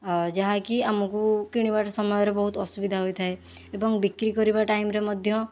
ଯାହାକି ଆମକୁ କିଣିବା ସମୟରେ ବହୁତ ଅସୁବିଧା ହୋଇଥାଏ ଏବଂ ବିକ୍ରି କରିବା ଟାଇମ୍ ରେ ମଧ୍ୟ